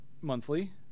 monthly